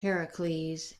heracles